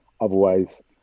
Otherwise